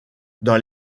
dans